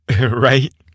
Right